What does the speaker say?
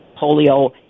polio